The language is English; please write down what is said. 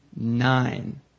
nine